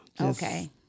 Okay